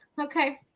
Okay